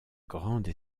grande